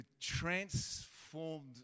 transformed